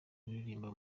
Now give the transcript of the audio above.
uririmba